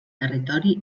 territori